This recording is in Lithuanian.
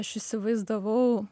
aš įsivaizdavau